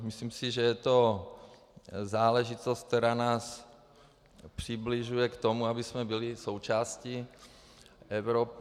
Myslím si, že je to záležitost, která nás přibližuje k tomu, abychom byli součástí Evropy.